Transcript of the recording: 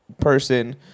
person